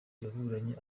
yaburanye